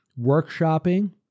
workshopping